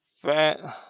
fan